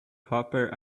copper